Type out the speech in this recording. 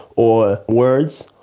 or words,